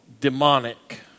demonic